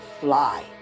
fly